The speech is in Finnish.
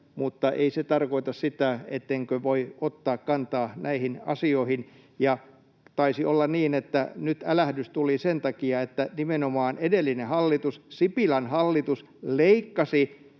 mutta ei se tarkoita sitä, ettenkö voi ottaa kantaa näihin asioihin, ja taisi olla niin, että nyt älähdys tuli sen takia, että nimenomaan edellinen hallitus, Sipilän hallitus, leikkasi